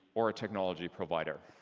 or a technology provider.